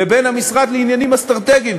לבין המשרד לעניינים אסטרטגיים.